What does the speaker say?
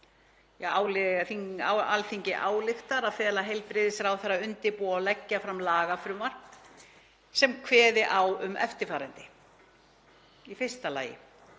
að Alþingi álykti að fela heilbrigðisráðherra að undirbúa og leggja fram lagafrumvarp sem kveði á um eftirfarandi: Í fyrsta lagi,